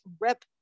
Rep